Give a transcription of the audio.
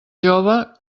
jove